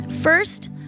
First